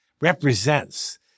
represents